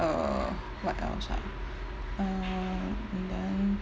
uh what else ah uh and then